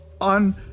on